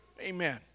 Amen